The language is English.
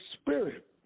spirit